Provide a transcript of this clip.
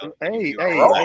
hey